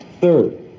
Third